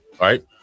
right